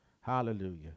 hallelujah